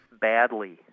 Badly